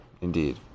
Indeed